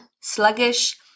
sluggish